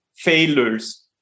failures